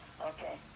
Okay